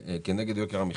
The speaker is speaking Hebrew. כנגד יוקר המחייה,